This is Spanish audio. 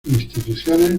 instituciones